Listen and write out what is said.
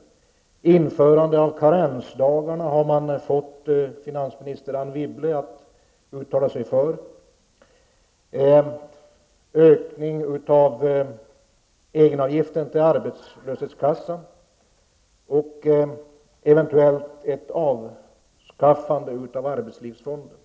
Förslaget om införande av karensdagar har man fått finansminister Anne Wibble att uttala sig för. Det finns också förslag om en ökning av egenavgiften till arbetslöshetskassan och ett avskaffande av arbetslivsfonden.